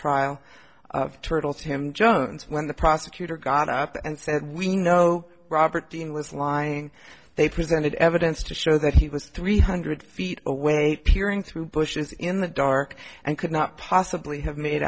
trial of turtles him jones when the prosecutor got up and said we know robert dean was lying they presented evidence to show that he was three hundred feet away period through bushes in the dark and could not possibly have made